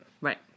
right